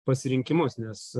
pasirinkimus nes